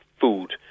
food